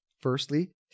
firstly